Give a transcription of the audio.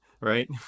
right